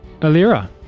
Alira